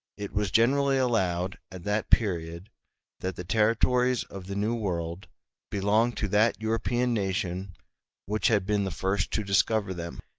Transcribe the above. it was generally allowed at that period that the territories of the new world belonged to that european nation which had been the first to discover them.